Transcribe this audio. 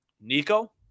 Nico